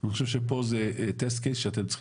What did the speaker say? אני חושב שפה זה טסט קיי שאתם צריכים